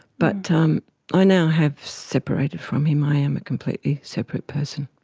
but um i now have separated from him, i am a completely separate person.